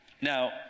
Now